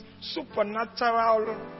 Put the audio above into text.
supernatural